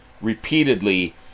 repeatedly